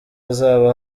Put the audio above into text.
azaba